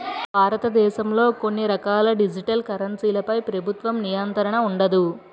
భారతదేశంలో కొన్ని రకాల డిజిటల్ కరెన్సీలపై ప్రభుత్వ నియంత్రణ ఉండదు